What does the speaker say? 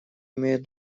имеют